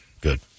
Good